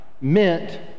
meant